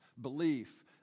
belief